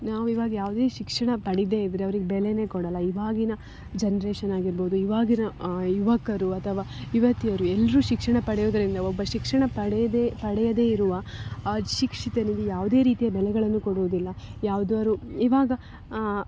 ನಾವು ಇವಾಗ ಯಾವುದೇ ಶಿಕ್ಷಣ ಪಡಿಯದೇ ಇದ್ದರೆ ಅವ್ರಿಗೆ ಬೆಲೆಯೇ ಕೊಡಲ್ಲ ಇವಾಗಿನ ಜನ್ರೇಷನ್ ಆಗಿರ್ಬೋದು ಇವಾಗಿನ ಯುವಕರು ಅಥವಾ ಯುವತಿಯರು ಎಲ್ಲರೂ ಶಿಕ್ಷಣ ಪಡೆಯುವುದ್ರಿಂದ ಒಬ್ಬ ಶಿಕ್ಷಣ ಪಡೆದೇ ಪಡೆಯದೇ ಇರುವ ಅಶಿಕ್ಷಿತನಿಗೆ ಯಾವುದೇ ರೀತಿಯ ಬೆಲೆಗಳನ್ನು ಕೊಡುವುದಿಲ್ಲ ಯಾವ್ದಾದ್ರು ಇವಾಗ